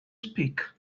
speak